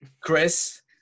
Chris